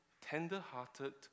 tender-hearted